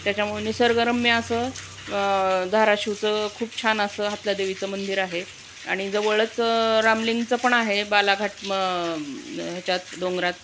त्याच्यामुळे निसर्गरम्य असं धाराशिवचं खूप छान असं हातलादेवीचं मंदिर आहे आणि जवळच रामलिंगाचं पण आहे बालाघाट मं ह्याच्यात डोंगरात